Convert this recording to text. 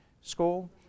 school